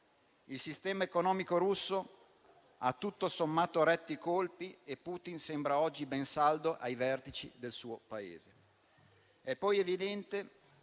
Il sistema economico russo ha tutto sommato retto ai colpi e Putin sembra oggi ben saldo ai vertici del suo Paese.